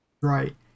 right